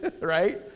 Right